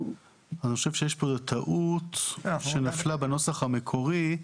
אני חושב שיש פה טעות שנפלה בנוסח המקורי.